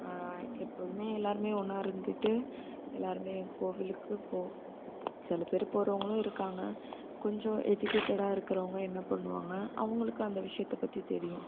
எப்போதுமே எல்லோருமே ஒன்றா இருந்துட்டு எல்லோருமே கோவிலுக்கு போ சிலபேரு போகிறவங்களும் இருக்காங்க கொஞ்சம் எஜிக்கேட்டடாக இருக்கிறவங்க என்ன பண்ணுவாங்க அவங்களுக்கு அந்த விஷயத்த பற்றி தெரியும்